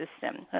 system